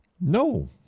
No